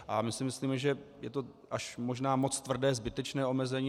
My si myslíme, že je to až možná moc tvrdé, zbytečné omezení.